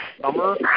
summer